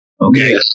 okay